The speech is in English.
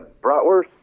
bratwurst